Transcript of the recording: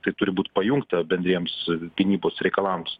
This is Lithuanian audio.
tai turi būt pajungta bendriems gynybos reikalams